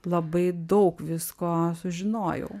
labai daug visko sužinojau